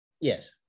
Yes